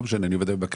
ולא משנה היכן,